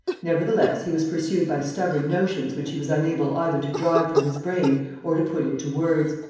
nevertheless, he was pursued by stubborn notions which he was unable either to drive from his brain or to put into words.